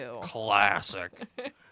classic